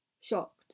shocked